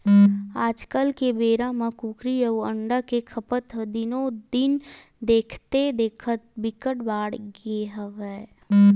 आजकाल के बेरा म कुकरी अउ अंडा के खपत ह दिनो दिन देखथे देखत बिकट बाड़गे हवय